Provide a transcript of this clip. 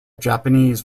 japanese